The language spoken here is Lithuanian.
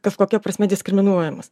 kažkokia prasme diskriminuojamas